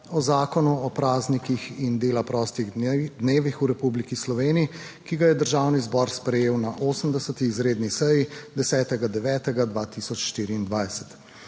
o Zakonu o praznikih in dela prostih dnevih v Republiki Sloveniji, ki ga je Državni zbor sprejel na 80. izredni seji 10. 9. 2024.